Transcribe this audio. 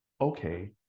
okay